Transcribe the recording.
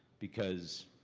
because,